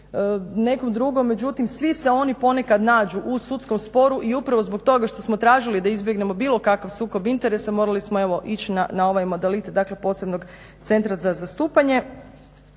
nekom drugom. Međutim svi se oni ponekad nađu u sudskom sporu i upravo zbog toga što smo tražili da izbjegnemo bilo kakav sukob interesa morali smo evo ići na ovaj modalitet, dakle posebnog centra za zastupanje.